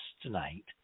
tonight